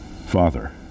Father